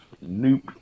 Nope